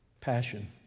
Passion